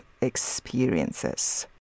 experiences